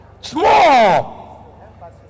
small